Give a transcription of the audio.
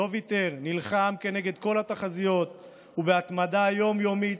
לא ויתר, נלחם כנגד כל התחזיות ובהתמדה יום-יומית,